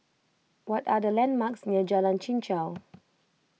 what are the landmarks near Jalan Chichau